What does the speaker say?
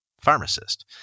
pharmacist